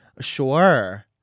Sure